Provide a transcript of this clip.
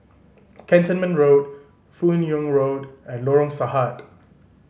Cantonment Road Fan Yoong Road and Lorong Sahad